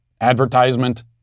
advertisement